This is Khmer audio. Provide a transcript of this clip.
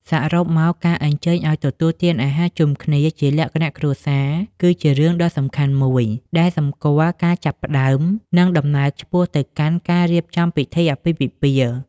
សរុបមក ការអញ្ជើញឲ្យទទួលទានអាហារជុំគ្នាជាលក្ខណៈគ្រួសារ គឺជារឿងដ៏សំខាន់មួយដែលសម្គាល់ការចាប់ផ្តើម និងដំណើរឆ្ពោះទៅកាន់ការរៀបចំពីធីអាពាហ៍ពិពាហ៍។